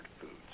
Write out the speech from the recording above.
foods